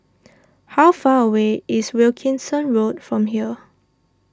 how far away is Wilkinson Road from here